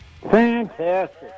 Fantastic